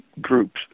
groups